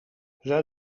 zij